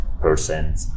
percent